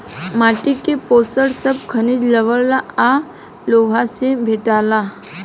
माटी के पोषण सब खनिज, लवण आ लोहा से भेटाला